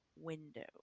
Window